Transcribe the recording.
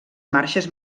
marxes